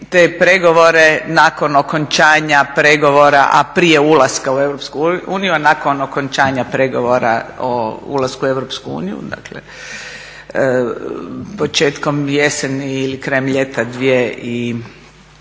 te pregovore nakon okončanja pregovora a prije ulaska u EU, a nakon okončanja pregovora o ulasku u EU, dakle početkom jeseni ili krajem ljeta 2012.